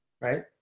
right